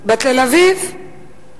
בתל-אביב,